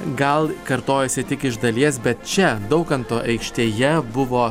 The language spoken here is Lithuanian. gal kartojasi tik iš dalies bet čia daukanto aikštėje buvo